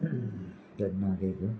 जन मागी